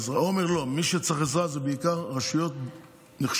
מי שצריכות עזרה הן בעיקר רשויות נחשלות,